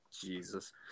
Jesus